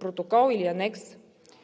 протокол или анекс.